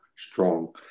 strong